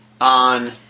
on